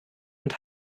und